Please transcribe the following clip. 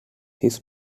his